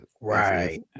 right